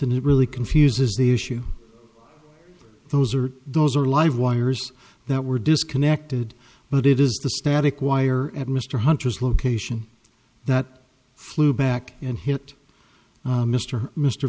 the really confuses the issue those are those are live wires that were disconnected but it is the static wire at mr hunter's location that flew back and hit mr mr